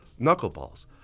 knuckleballs